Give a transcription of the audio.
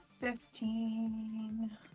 Fifteen